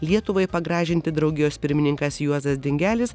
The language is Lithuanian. lietuvai pagražinti draugijos pirmininkas juozas dingelis